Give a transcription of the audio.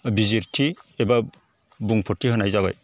बिजिरथि एबा बुंफोरथि होनाय जाबाय